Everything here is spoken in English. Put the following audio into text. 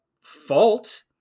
fault